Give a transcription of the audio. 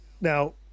now